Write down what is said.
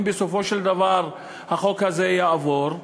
אם בסופו של דבר החוק הזה יעבור,